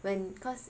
when cause